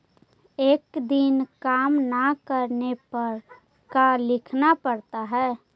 एक दिन काम न करने पर का लिखना पड़ता है?